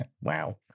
Wow